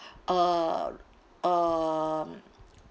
uh um